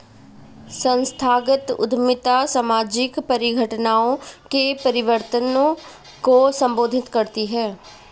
संस्थागत उद्यमिता सामाजिक परिघटनाओं के परिवर्तन को संबोधित करती है